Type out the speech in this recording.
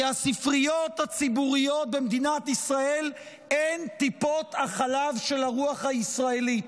כי הספריות הציבוריות במדינת ישראל הן טיפות החלב של הרוח הישראלית,